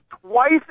twice